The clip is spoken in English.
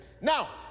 Now